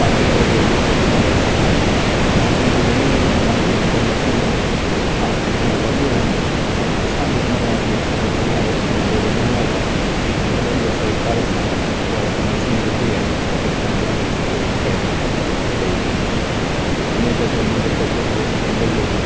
computer जो युगु अची वियो आहे ऐं नयूं नयूं कंप्यूटर थिए मशीनियूं हा अचणु लॻियूं आहिनि ऐं असां बि उन ॻाल्हि में थोरो अॻियां कम खे वधाइण लाइ वॾनि जे सहकार सां उहा हिकु मशीन विधी आहे जेका अञा बि सुठो पहिरियों खां रोज़गारु ॾेई रही आहे उमीद त मुंहिंजो तजुर्बो ज़िंदगीअ जो